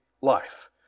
life